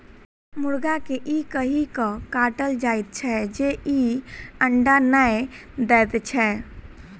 मुर्गा के ई कहि क काटल जाइत छै जे ई अंडा नै दैत छै